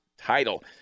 title